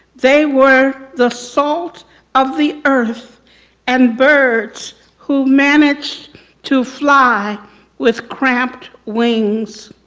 they were the salt of the earth and birds who managed to fly with cramped wings.